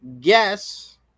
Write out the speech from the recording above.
guess